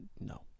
no